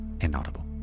inaudible